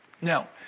Now